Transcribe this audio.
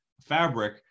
fabric